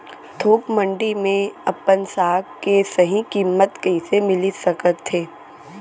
थोक मंडी में अपन साग के सही किम्मत कइसे मिलिस सकत हे?